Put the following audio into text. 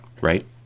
right